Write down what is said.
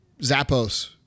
Zappos